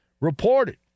reported